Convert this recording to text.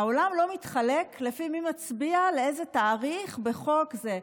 העולם לא מתחלק לפי מי שמצביע לאיזה תאריך בחוק זה.